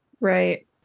right